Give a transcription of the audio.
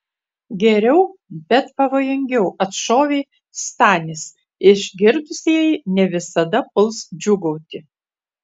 geriau bet pavojingiau atšovė stanis išgirdusieji ne visada puls džiūgauti